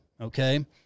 Okay